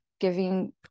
giving